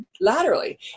laterally